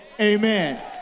amen